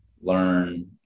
learn